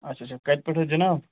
اچھا اچھا کَتہِ پٮ۪ٹھ حظ جِناب